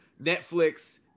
Netflix